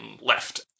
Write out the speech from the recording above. left